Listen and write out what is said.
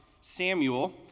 Samuel